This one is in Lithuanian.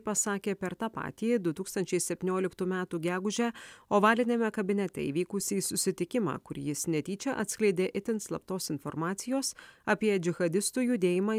pasakė per tą patį du tūkstančiai septynioliktų metų gegužę ovaliniame kabinete įvykusį susitikimą kur jis netyčia atskleidė itin slaptos informacijos apie džihadistų judėjimą